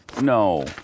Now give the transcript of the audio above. no